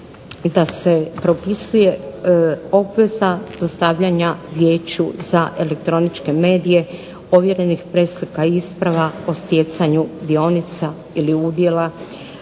da se propisuje obveza dostavljanja Vijeću za elektroničke medije ovjerenih preslika isprava o stjecanju dionica ili udjela